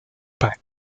back